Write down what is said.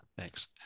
thanks